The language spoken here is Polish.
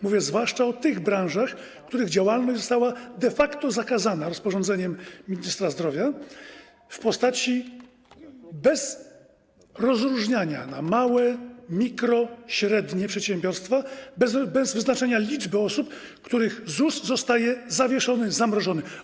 Mówię zwłaszcza o tych branżach, których działalność została de facto zakazana rozporządzeniem ministra zdrowia, bez rozróżniania na małe, mikro- i średnie przedsiębiorstwa, bez wyznaczania liczby osób, których ZUS zostaje zawieszony, zamrożony.